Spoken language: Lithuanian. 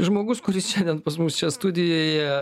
žmogus kuris šiandien pas mus čia studijoje